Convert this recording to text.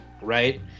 right